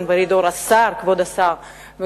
כבוד השר דן מרידור,